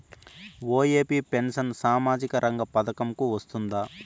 OAP pension సామాజిక రంగ పథకం కు వస్తుందా?